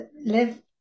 live